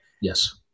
Yes